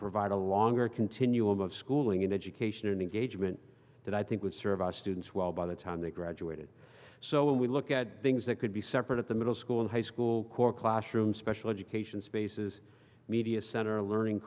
provide a longer continuum of schooling and education engagement that i think would serve our students well by the time they graduated so when we look at things that could be separate at the middle school and high school core classrooms special education spaces media center learning